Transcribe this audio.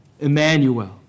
Emmanuel